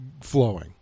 flowing